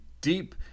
deep